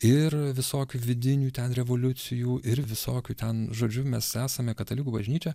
ir visokių vidinių ten revoliucijų ir visokių ten žodžiu mes esame katalikų bažnyčia